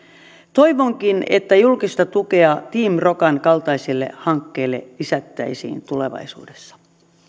toivonkin että julkista tukea team rokan kaltaisille hankkeille lisättäisiin tulevaisuudessa